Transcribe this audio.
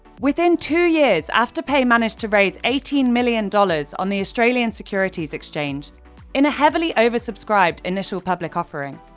within two years, afterpay managed to raise eighteen million dollars on the australian securities exchange in a heavily oversubscribed initial public offering.